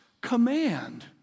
command